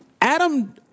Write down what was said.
Adam